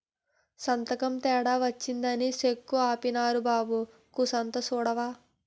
సంతకం తేడా వచ్చినాదని సెక్కు ఆపీనారు బాబూ కూసంత సూడవా